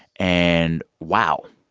and wow,